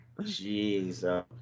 Jeez